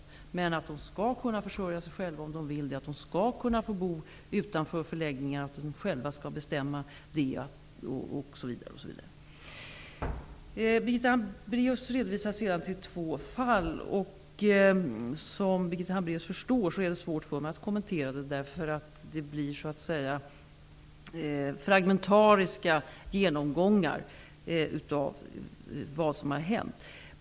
De asylsökande skall emellertid kunna försörja sig själva om de vill det och de skall kunna bo utanför förläggningar om de själva så bestämmer osv. Birgitta Hambraeus hänvisade till två fall. Som Birgitta Hambraeus förstår är det svårt för mig att kommentera dessa fall. Det är fråga om fragmentariska genomgångar av vad som har hänt.